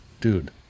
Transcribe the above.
dude